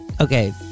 Okay